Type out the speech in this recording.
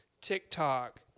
TikTok